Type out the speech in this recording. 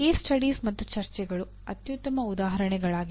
case studies ಮತ್ತು ಚರ್ಚೆಗಳು ಅತ್ಯುತ್ತಮ ಉದಾಹರಣೆಗಳಾಗಿವೆ